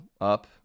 up